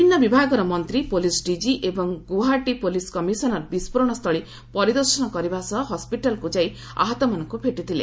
ବିଭିନ୍ନ ବିଭାଗର ମନ୍ତ୍ରୀ ପୋଲିସ୍ ଡିଜି ଏବଂ ଗୁଆହାଟୀ ପୋଲିସ୍ କମିଶନର ବିଷ୍କୋରଣ ସ୍ଥଳୀ ପରିଦର୍ଶନ କରିବା ସହ ହସ୍କିଟାଲ୍କୁ ଯାଇ ଆହତମାନଙ୍କୁ ଭେଟିଥିଲେ